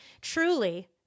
truly